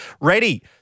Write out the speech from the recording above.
ready